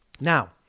Now